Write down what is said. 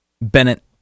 Bennett